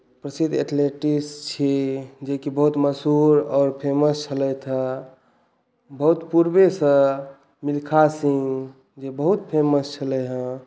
प्रसिद्ध एथलेटिक्स छी जेकि बहुत मशहुर आओर फेमस छलथि हेँ बहुत पूर्वेसँ मिल्खा सिंह जे बहुत फेमस छलै हेँ